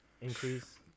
increase